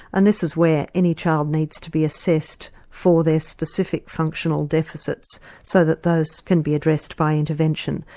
and this is where any child needs to be assessed for their specific functional deficits so that those can be addressed by intervention.